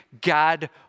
God